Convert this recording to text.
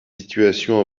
situation